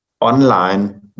online